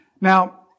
Now